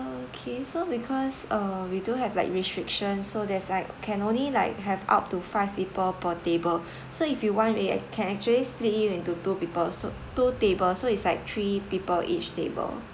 okay so because uh we do have like restrictions so there's like can only like have up to five people per table so if you want we can actually split you into two people so two table so it's like three people each table